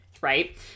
right